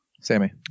Sammy